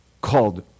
called